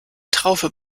traufe